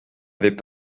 avaient